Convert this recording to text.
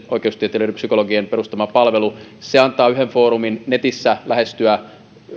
oikeustieteilijöiden ja psykologien perustama palvelu antaa yhden foorumin netissä lähestyä